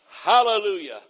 Hallelujah